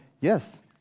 yes